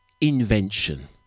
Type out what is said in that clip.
invention